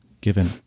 given